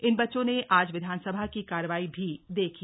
इन बच्चों ने आज विधानसभा की कार्यवाही भी देखी